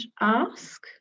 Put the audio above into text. ask